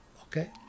okay